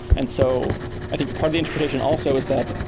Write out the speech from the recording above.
and so i think part of the interpretation also is that,